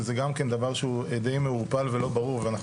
שזה גם כן דבר שהוא די מעורפל ולא ברור ואנחנו